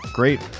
great